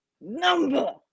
number